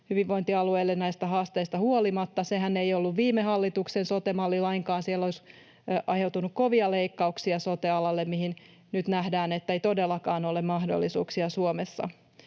hyvinvointialueille näistä haasteista huolimatta. Sehän ei ollut viime hallituksen sote-malli lainkaan. Siellä olisi aiheutunut kovia leikkauksia sote-alalle, ja nyt nähdään, että siihen ei todellakaan ole mahdollisuuksia Suomessa,